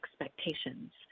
expectations